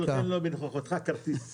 אני נותן לו בנוכחותך כרטיס.